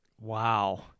Wow